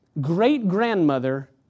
great-grandmother